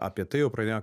apie tai jau pradėjo